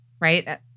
right